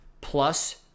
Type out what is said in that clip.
plus